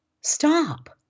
Stop